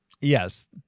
Yes